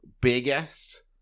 biggest